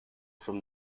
from